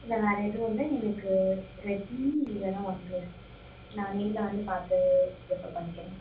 இல்லை வேறு எதுவும் இல்லை எனக்கு ரெட்மி இல்லைன்னா ஒன் பிளஸ் நான் நேரில் வந்து பார்த்து ப்ரிஃபர் பண்ணிக்கின்றேன்